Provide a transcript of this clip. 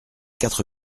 quatre